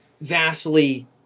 vastly